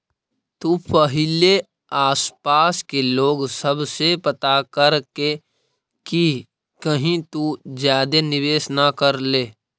तु पहिले आसपास के लोग सब से पता कर ले कि कहीं तु ज्यादे निवेश न कर ले